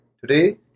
Today